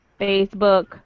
Facebook